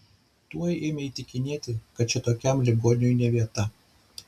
tuoj ėmė įtikinėti kad čia tokiam ligoniui ne vieta